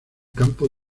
campo